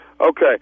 Okay